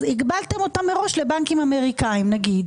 אז הגבלתם אותם מראש לבנקים אמריקאים נגיד